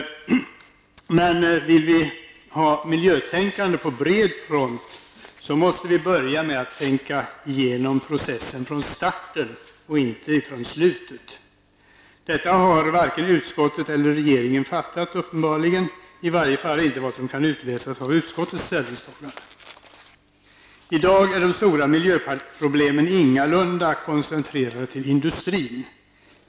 Men vill vi ha ett miljötänkande på bred front, måste vi börja med att tänka igenom processen från starten och inte från slutet. Detta har uppenbarligen varken utskottet eller regeringen fattat. I varje fall kan det inte utläsas av utskottets ställningstagande. I dag är de stora miljöproblemen ingalunda koncentrerade till industrin.